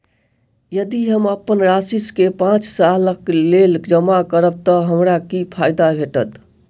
यदि हम अप्पन राशि केँ पांच सालक लेल जमा करब तऽ हमरा की फायदा भेटत?